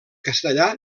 castellà